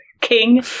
king